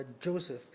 Joseph